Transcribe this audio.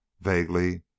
Vaguely